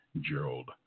Gerald